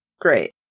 Great